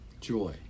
joy